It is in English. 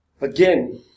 Again